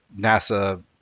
NASA